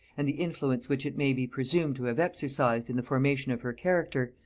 and the influence which it may be presumed to have exercised in the formation of her character,